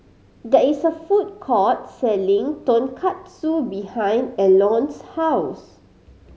there is a food court selling Tonkatsu behind Elon's house